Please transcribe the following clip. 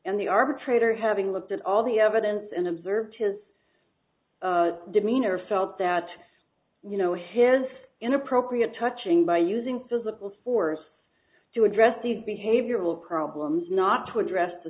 and the arbitrator having looked at all the evidence and observed his demeanor felt that you know his inappropriate touching by using physical force to address these behavioral problems not to address the